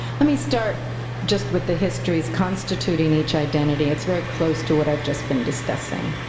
let me start just with the histories constituting each identity. it's very close to what i've just been discussing.